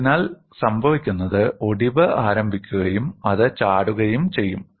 അതിനാൽ സംഭവിക്കുന്നത് ഒടിവ് ആരംഭിക്കുകയും അത് ചാടുകയും ചെയ്യും